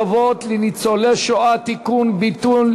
תודה.